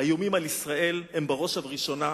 האיומים על ישראל הם, בראש ובראשונה,